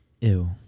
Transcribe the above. Ew